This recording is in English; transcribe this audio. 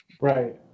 right